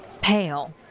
pale